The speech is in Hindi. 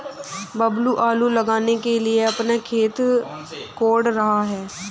बबलू आलू लगाने के लिए अपना खेत कोड़ रहा है